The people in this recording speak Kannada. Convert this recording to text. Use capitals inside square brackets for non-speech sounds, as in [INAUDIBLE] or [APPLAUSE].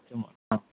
[UNINTELLIGIBLE] ಹಾಂ